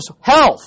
health